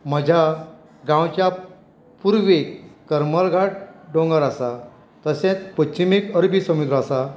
म्हज्या गांवचे पुर्वेक करमल घाट दोंगर आसा तशेंच पश्चिमेक अरबी समुद्र आसा